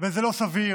וזה לא סביר,